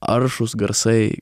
aršūs garsai